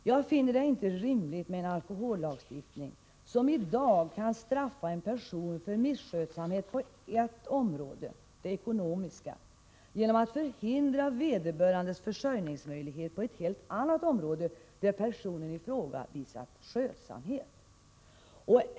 Jag finner det inte rimligt med en alkohollagstiftning som i dag kan straffa en person för misskötsamhet på eft område — det ekonomiska — genom att förhindra vederbörandes försörjningsmöjlighet på ett helt annat område, där personen i fråga visat skötsamhet.